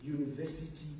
University